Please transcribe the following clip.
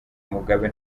mugabe